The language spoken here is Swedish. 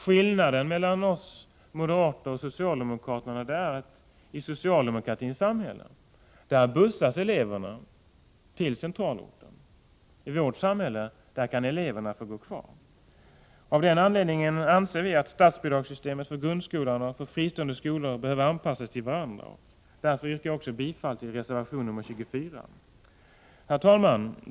Skillnaden är att i socialdemokratins samhälle bussas eleverna till centralorten — i vårt samhälle kan eleverna få gå kvar i skolan på den lilla orten. Av den anledningen anser vi moderater att statsbidragssystemen för grundskolan och för fristående skolor behöver anpassas till varandra. Därför yrkar jag också bifall till reservation nr 24. Herr talman!